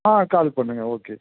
ஆ call பண்ணுங்கள் okay